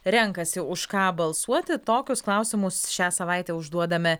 renkasi už ką balsuoti tokius klausimus šią savaitę užduodame